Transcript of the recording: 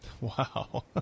Wow